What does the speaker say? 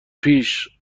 پیش